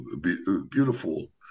beautiful